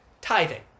tithing